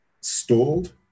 stalled